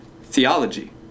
theology